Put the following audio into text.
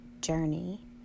journey